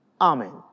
Amen